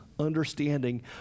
understanding